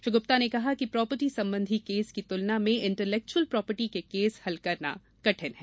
श्री गुप्ता ने कहा कि प्रापर्टी संबंधी केस की तुलना में इंटलेक्वूअल प्रापर्टी के केस हल करना केठिन है